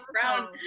brown